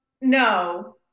no